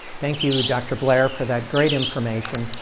thank you, dr. blair, for that great information,